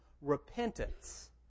Repentance